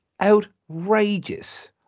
outrageous